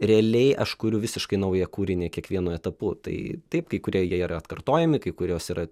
realiai aš kuriu visiškai naują kūrinį kiekvienu etapu tai taip kai kurie jie yra atkartojami kai kurios yra